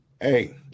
Hey